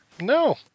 No